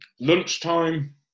Lunchtime